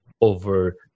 over